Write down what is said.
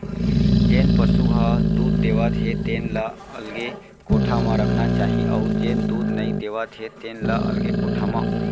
जेन पसु ह दूद देवत हे तेन ल अलगे कोठा म रखना चाही अउ जेन दूद नइ देवत हे तेन ल अलगे कोठा म